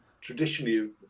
traditionally